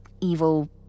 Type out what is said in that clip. evil